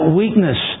weakness